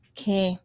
Okay